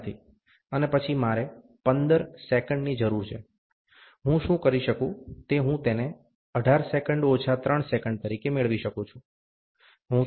અને પછી મારે 15ની જરૂર છે હું શું કરી શકું તે હું તેને 18 ઓછા 3 તરીકે મેળવી શકું છું હું તે કરી શકું છું